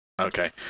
Okay